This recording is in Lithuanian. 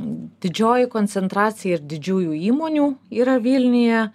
didžioji koncentracija ir didžiųjų įmonių yra vilniuje